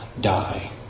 die